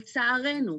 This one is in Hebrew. לצערנו,